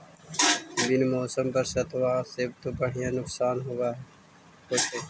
बिन मौसम बरसतबा से तो बढ़िया नुक्सान होब होतै?